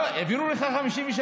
העבירו לך 53?